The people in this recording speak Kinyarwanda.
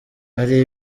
hari